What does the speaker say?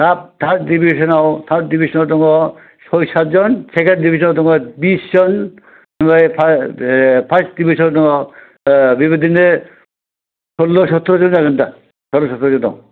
थार्द दिभिजनाव दङ सय साथजन सेखेन्द दिभिजनाव दङ बिस जन ओमफ्राय फार्स्ट दिभिजनाव दङ बेबायदिनो सल्ल' सथ'र' जन जागोनदां सल्ल' सथ'र' जन दं